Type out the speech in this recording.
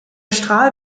strahl